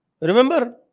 Remember